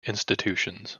institutions